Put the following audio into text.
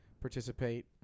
participate